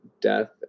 death